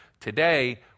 Today